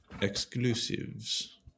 exclusives